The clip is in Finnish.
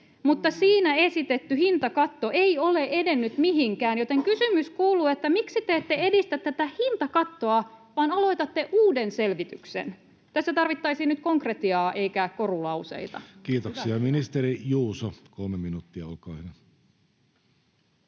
mutta siinä esitetty hintakatto ei ole edennyt mihinkään, joten kysymys kuuluu: miksi te ette edistä tätä hintakattoa vaan aloitatte uuden selvityksen? Tässä tarvittaisiin nyt konkretiaa eikä korulauseita. Kiitoksia. — Ministeri Juuso, kolme minuuttia, olkaa hyvä.